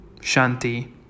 Shanti